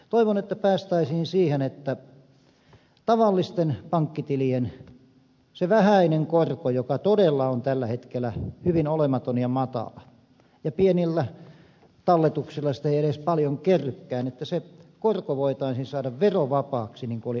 toivon että päästäisiin siihen että se tavallisten pankkitilien vähäinen korko joka todella on tällä hetkellä hyvin olematon ja matala ja jota pienillä talletuksilla ei edes paljon kerrykään voitaisiin saada verovapaaksi niin kuin oli aikoinaan